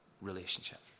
relationship